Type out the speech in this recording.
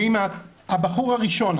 ואם הבחור הראשון,